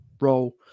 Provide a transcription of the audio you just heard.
roll